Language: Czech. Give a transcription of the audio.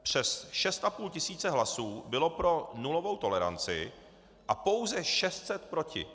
Přes 6,5 tisíce hlasů bylo pro nulovou toleranci a pouze 600 proti.